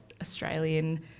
Australian